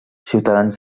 ciutadans